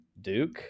duke